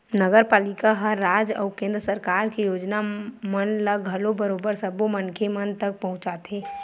नगरपालिका ह राज अउ केंद्र सरकार के योजना मन ल घलो बरोबर सब्बो मनखे मन तक पहुंचाथे